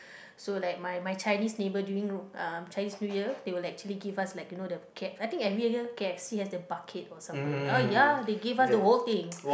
so like my my Chinese neighbour during uh Chinese New Year they would like actually give us like you know the K~ I think every year k_f_c has that bucket or something oh ya they give us the whole thing